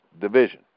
division